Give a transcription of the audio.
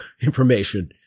information